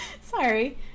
Sorry